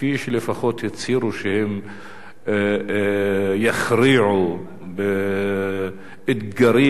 כפי שלפחות הצהירו שהם שיכריעו באתגרים